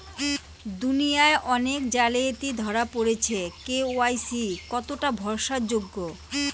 দুনিয়ায় অনেক জালিয়াতি ধরা পরেছে কে.ওয়াই.সি কতোটা ভরসা যোগ্য?